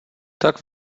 tak